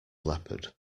leopard